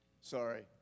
Sorry